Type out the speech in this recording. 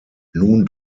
nun